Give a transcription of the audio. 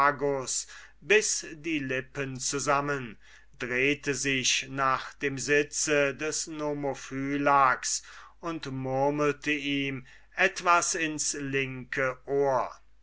biß die lippen zusammen drehte sich nach dem sitze des nomophylax und murmelte ihm etwas ins linke ohr